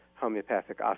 homeopathic